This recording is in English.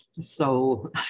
So-